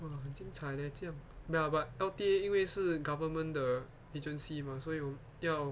!wah! 很精彩 leh 这样 ya but L_T_A 因为是 government 的 agency mah 所以要